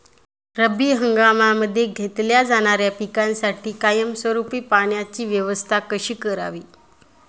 रब्बी हंगामामध्ये घेतल्या जाणाऱ्या पिकांसाठी कायमस्वरूपी पाण्याची व्यवस्था कशी करावी?